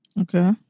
okay